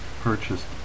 purchased